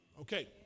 Okay